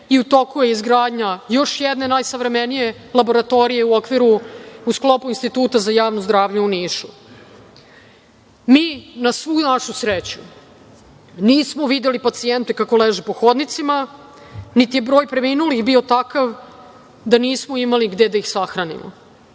i u toku je izgradnja još jedne najsavremenije laboratorije u sklopu Instituta za javno zdravlje u Nišu. Mi, na svu našu sreću, nismo videli pacijente kako leže po hodnicima, niti je broj preminulih bio takav da nismo imali gde da ih sahranimo.